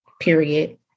Period